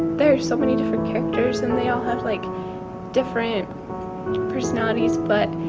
there are so many different characters and they all have like different personalities but